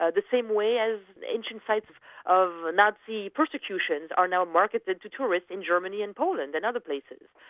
ah the same way as ancient sites of nazi persecutions are now marketed to tourists in germany and poland and other places.